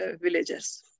villagers